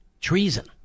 Treason